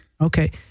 Okay